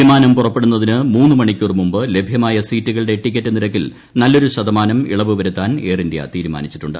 വിമാനം പുറപ്പെടുന്നതിന് മുന്ന് മണിക്കൂർ മുമ്പ് ലഭ്യമായ സീറ്റുകളുടെ ടിക്കറ്റ് നിരക്കിൽ നല്ലൊരു ശതമാനം ഇളവ് വരുത്താൻ എയർ ഇന്ത്യ തീരുമാനിച്ചിട്ടുണ്ട്